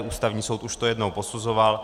Ústavní soud už to jednou posuzoval.